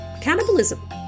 cannibalism